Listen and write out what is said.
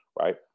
right